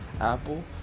Apple